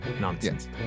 nonsense